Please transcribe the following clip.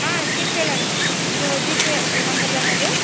ஆ ஜிபேவில் அனுப்பி விடுறேன் இது ஜிபே நம்பர் தானே இது